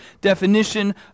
definition